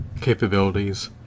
capabilities